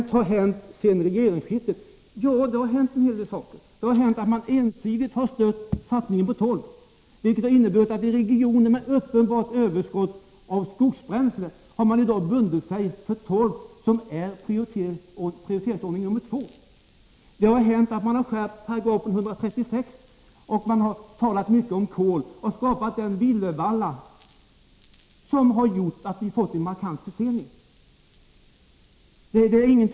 Vad har hänt sedan regeringsskiftet? Det har 13 hänt en hel del saker. Man har ensidigt stött satsningar på torv, vilket inneburit att man i regioner med uppenbart överskott av skogsbränsle i dag bundit sig för torv, som har prioriteringsordning 2. Man har skärpt prövningen enligt 136 a §, och man har talat mycket om kol och skapat en villervalla som har gjort att vi har fått en markant försening av inhemska bräslen.